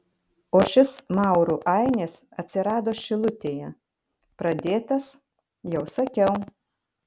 o šis maurų ainis atsirado šilutėje pradėtas jau sakiau